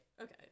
Okay